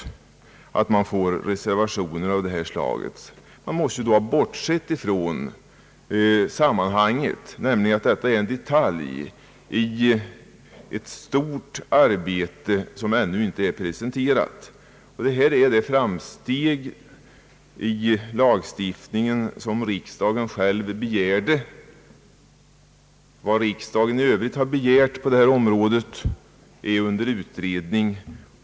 Man måste ha bortsett från sammanhanget, nämligen att detta är en detalj i ett stort arbete som ännu inte är presenterat. Utskottets förslag är det framsteg i lagstiftningen som riksdagen själv begärt. Vad riksdagen i övrigt har begärt på detta område är under utredning.